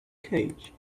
cage